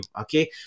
okay